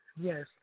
yes